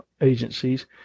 agencies